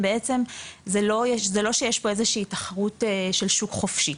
זה לא שיש פה איזו שהיא תחרות של שוק חופשי,